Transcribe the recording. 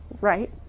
right